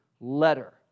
letter